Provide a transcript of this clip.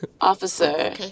Officer